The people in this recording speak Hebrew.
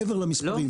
מעבר למספרים.